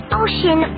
ocean